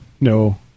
No